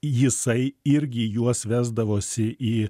jisai irgi juos vesdavosi į